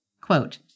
Quote